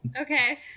okay